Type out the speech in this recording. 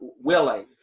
willing